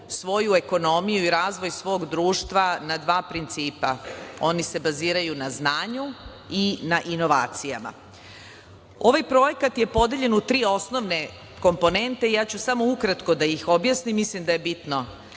svoju ekonomiju i razvoj svog društva na dva principa - oni se baziraju na znanju i na inovacijama. Ovaj projekat je podeljen u tri osnovne komponente i ja ću samo ukratko da ih objasnim, mislim da je bitno